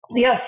Yes